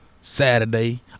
Saturday